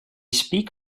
speak